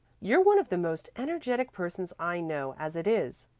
you're one of the most energetic persons i know, as it is,